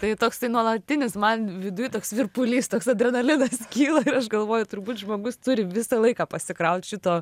tai toksai nuolatinis man viduj toks virpulys toks adrenalinas kyla ir aš galvoju turbūt žmogus turi visą laiką pasikraut šito